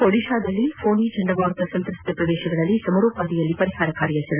ಒಡಿಶಾದಲ್ಲಿ ಫೋನಿ ಚಂಡಮಾರುತ ಸಂತ್ರಸ್ತ ಪ್ರದೇಶಗಳಲ್ಲಿ ಸಮರೋಪಾದಿಯಲ್ಲಿ ಪರಿಹಾರ ಕಾರ್ಯಾಚರಣೆ